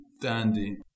Dandy